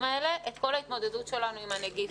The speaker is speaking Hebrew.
האלה את כל ההתמודדות שלנו עם הנגיף,